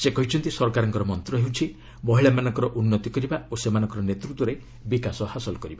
ସେ କହିଛନ୍ତି ସରକାରଙ୍କର ମନ୍ତ୍ର ହେଉଛି ମହିଳାମାନଙ୍କର ଉନ୍ନତି କରିବା ଓ ସେମାନଙ୍କ ନେତୃତ୍ୱରେ ବିକାଶ ହାସଲ କରିବା